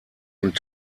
und